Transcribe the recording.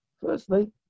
Firstly